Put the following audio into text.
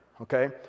Okay